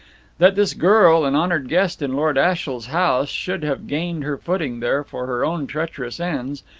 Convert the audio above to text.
that this girl, an honoured guest in lord ashiel's house, should have gained her footing there for her own treacherous ends,